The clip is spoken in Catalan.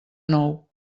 nou